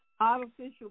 artificial